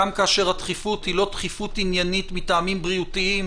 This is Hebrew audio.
גם כאשר הדחיפות היא לא דחיפות עניינית מטעמים בריאותיים,